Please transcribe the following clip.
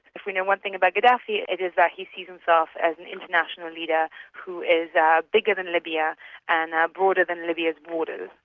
if we know one thing about gaddafi it is that he sees himself as an international leader who is bigger than libya and broader than libya's borders.